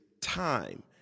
time